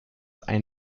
einen